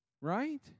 Right